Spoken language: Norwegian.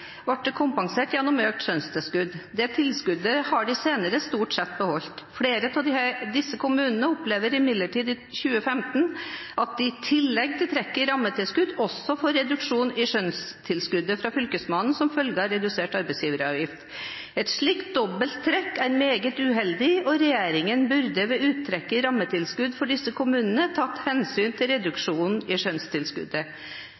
ble de kompensert for dette gjennom økte skjønnstilskudd. Dette tilskuddet har de senere i stor grad beholdt. Flere av disse kommunene opplever imidlertid i 2015 at de i tillegg til trekket i rammetilskuddet, også får reduksjon i skjønnstilskuddet fra fylkesmannen som følge av redusert arbeidsgiveravgift. Et slikt dobbelt trekk er meget uheldig, og regjeringen burde ved uttrekket i rammetilskudd for disse kommunene tatt hensyn til reduksjonen i skjønnstilskuddet.»